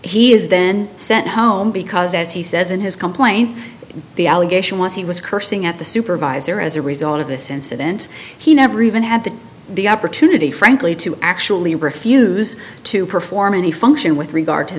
he is then sent home because as he says in his complaint the allegation was he was cursing at the supervisor as a result of this incident he never even had the opportunity frankly to actually refuse to perform any function with regard to